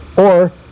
or,